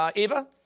um eva?